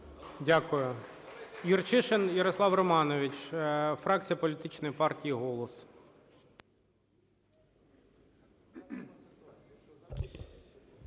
Дякую. Юрчишин Ярослав Романович, фракція політичної партії "Голос".